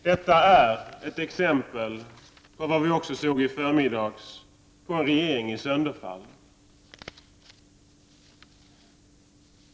Detta är ett exempel på — som vi också såg i förmiddags — regeringens sönderfall.